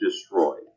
destroyed